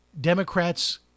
Democrats